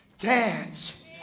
dance